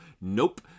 Nope